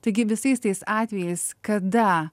taigi visais tais atvejais kada